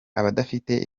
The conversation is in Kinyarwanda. abadafite